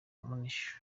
munich